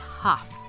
tough